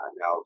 Now